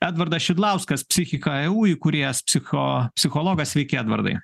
edvardas šidlauskas psichika eu įkūrėjas psicho psichologas sveiki edvardai